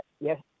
Yes